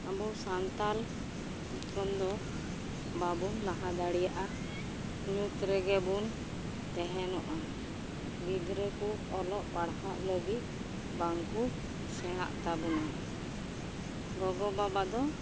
ᱟᱵᱚ ᱥᱟᱱᱛᱟᱞ ᱦᱚᱯᱚᱱᱫᱚ ᱵᱟᱵᱚᱱ ᱞᱟᱦᱟ ᱫᱟᱲᱮᱭᱟᱜᱼᱟ ᱧᱩᱛ ᱨᱮᱜᱮᱵᱚᱱ ᱛᱮᱦᱮᱱᱚᱜᱼᱟ ᱜᱤᱫᱽᱨᱟᱹᱠᱚ ᱚᱞᱚᱜ ᱯᱟᱲᱦᱟᱜ ᱞᱟᱹᱜᱤᱫ ᱵᱟᱝᱠᱩ ᱥᱮᱬᱟᱜ ᱛᱟᱵᱚᱱᱟ ᱜᱚᱜᱚ ᱵᱟᱵᱟ ᱫᱚ